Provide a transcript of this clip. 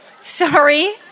sorry